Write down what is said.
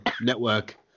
Network